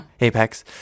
Apex